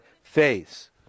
face